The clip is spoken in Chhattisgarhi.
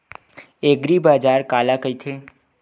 एग्रीबाजार काला कइथे?